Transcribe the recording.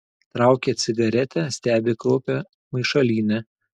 traukia cigaretę stebi kraupią maišalynę